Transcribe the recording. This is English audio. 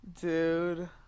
Dude